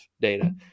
data